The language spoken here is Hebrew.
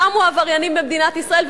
תמו העבריינים במדינת ישראל,